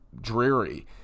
dreary